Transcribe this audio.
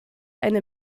eine